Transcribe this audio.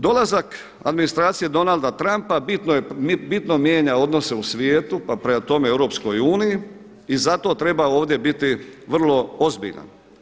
Dolazak administracije Donalda Trumpa bitno mijenja odnose u svijetu, pa prema tome i u EU i zato treba ovdje biti vrlo ozbiljan.